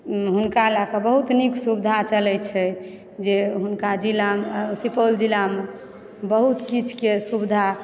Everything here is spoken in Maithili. हुनका लयकऽ बहुत नीक सुविधा चलय छै जे हुनका जिलामे सुपौल जिलामे बहुत किछुके सुविधा